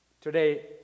today